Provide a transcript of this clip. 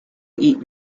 eat